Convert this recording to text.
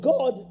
God